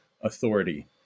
authority